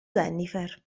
jennifer